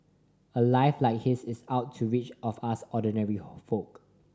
a life like his is out to reach of us ordinary folk